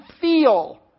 feel